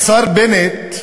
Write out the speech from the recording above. השר בנט,